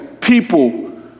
People